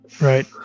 Right